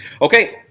Okay